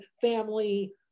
family